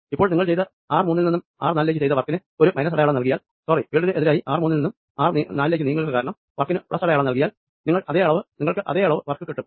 ഇപ്പോൾ നിങ്ങൾ ചെയ്ത ആർ മുന്നിൽ നിന്ന് നാലിലേക്ക് ചെയ്ത വർക്കിന് ഒരു മൈനസ് അടയാളം നൽകിയാൽ സോറി ഫീൽഡിന് എതിരായി ആർ മുന്നിൽ നിന്ന് നാലിലേക്ക് നീങ്ങുക കാരണം ചെയ്ത വർക്കിന് പ്ലസ് അടയാളം നൽകിയാൽ നിങ്ങൾക്ക് അതെ അളവ് വർക്ക് കിട്ടും